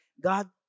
God